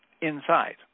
inside